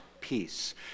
peace